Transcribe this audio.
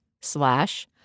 slash